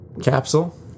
Capsule